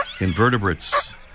invertebrates